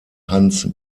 hans